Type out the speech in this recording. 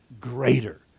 greater